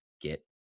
get